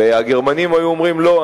והגרמנים היו אומרים: לא,